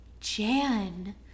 Jan